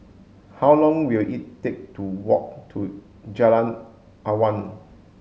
how long will it take to walk to Jalan Awan